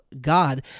God